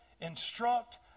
instruct